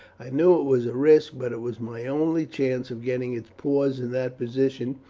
i knew it was a risk, but it was my only chance of getting its paws in that position,